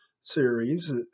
series